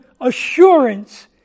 assurance